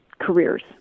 careers